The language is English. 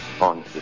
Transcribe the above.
on